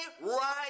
right